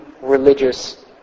religious